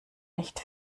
nicht